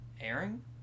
airing